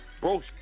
Bro